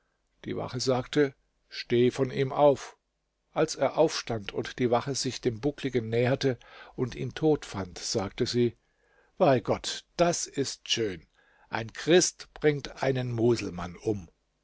die wache sagte steh von ihm auf als er aufstand und die wache sich dem buckligen näherte und ihn tot fand sagte sie bei gott das ist schön ein christ bringt einen muselmann um